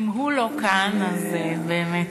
אם הוא לא כאן אז באמת,